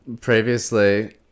previously